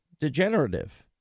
degenerative